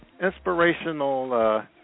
inspirational